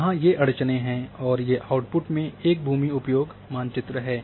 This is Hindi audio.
यहाँ ये अड़चनें हैं और ये इनपुट में एक भूमि उपयोग मानचित्र है